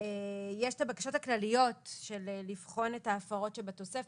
יש הבקשות הכלליות של לבחון את ההפרות שבתוספת,